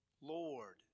Lord